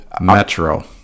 metro